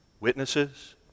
witnesses